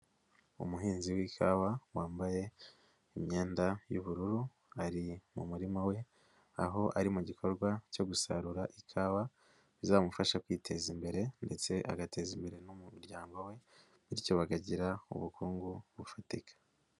Umuhinzi w'ikawa wambaye imyenda y'ubururu, ari mu murima we, aho ari mu gikorwa cyo gusarura ikawa, bizamufasha kwiteza imbere ndetse agateza imbere n'umuryango we, bityo bakagira ubukungu bufatika.